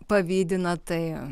pavydi na tai